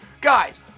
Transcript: Guys